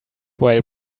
while